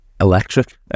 electric